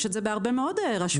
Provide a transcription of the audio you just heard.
יש את זה בהרבה מאוד רשויות.